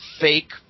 fake